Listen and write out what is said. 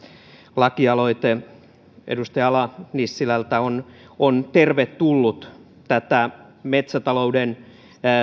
lakialoite edustaja ala nissilältä on on tervetullut tätä metsätalouden